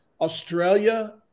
Australia